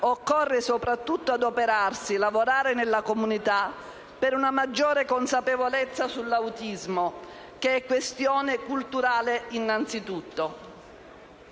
occorre soprattutto adoperarsi e lavorare nella comunità per una maggiore consapevolezza sull'autismo, che è innanzitutto